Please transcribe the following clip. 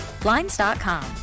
Blinds.com